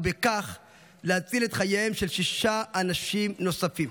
ובכך להציל את חייהם של שישה אנשים נוספים,